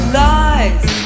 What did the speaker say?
lies